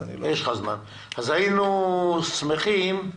אז היינו שמחים,